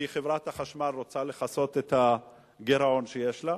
כי חברת החשמל רוצה לכסות את הגירעון שיש לה.